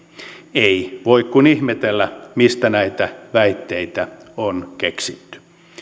ei voi kuin ihmetellä mistä näitä väitteitä on keksitty